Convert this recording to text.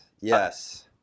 Yes